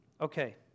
Okay